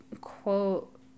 quote